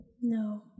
No